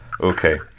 okay